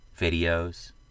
videos